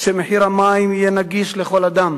שהמים יהיו נגישים לכל אדם